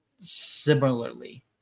similarly